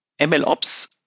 MLOps